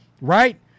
right